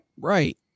Right